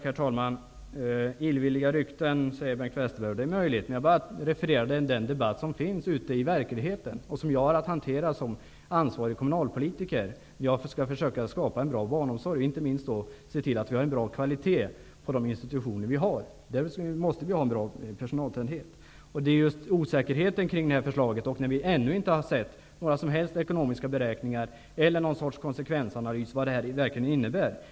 Herr talman! Bengt Westerberg säger att det är illvilliga rykten. Det är möjligt. Jag bara refererade den debatt som finns ute i verkligheten och som jag har att hantera som ansvarig kommunalpolitiker när jag skall försöka skapa en bra barnomsorg, och inte minst se till att vi har en bra kvalitet på de institutioner vi har. Då måste vi ha en bra personaltäthet. Det är just osäkerheten kring det här förslaget som sprider sig. Vi har ännu inte sett några som helst ekonomiska beräkningar eller någon konsekvensanalys över vad detta verkligen innebär.